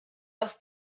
aus